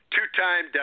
Two-time